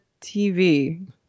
TV